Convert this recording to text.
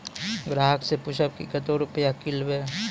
ग्राहक से पूछब की कतो रुपिया किकलेब?